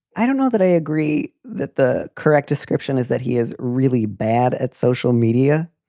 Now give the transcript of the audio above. i don't know that i agree that the correct description is that he is really bad at social media.